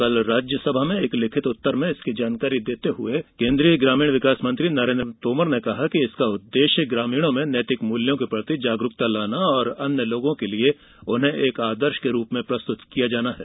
कल राज्य सभा में एक लिखित उत्तर में इसकी जानकारी देते हुए केन्द्रीय ग्रामीण विकास मंत्री नरेन्द्र सिंह तोमर ने कहा कि इसका उद्देश्य ग्रामीणों में नैतिक मूल्यों के प्रति जागरूकता लाना और अन्य लोगों के लिये उन्हें एक आदर्श के रूप में प्रस्तुत करना है